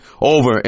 over